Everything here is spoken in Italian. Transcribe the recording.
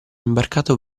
imbarcato